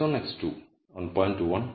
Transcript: x1 x2 1